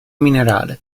minerale